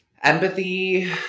Empathy